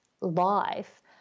life